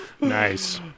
Nice